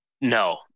No